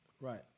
Right